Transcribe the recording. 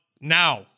now